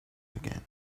again